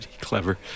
clever